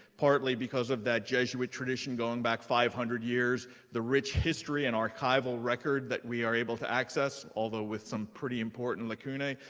partly because of that jesuit tradition going back five hundred years the rich history and archival record that we are able to access, although with some pretty important lacuna,